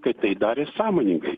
kad tai darė sąmoningai